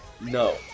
No